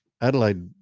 Adelaide